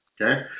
Okay